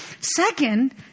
Second